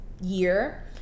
year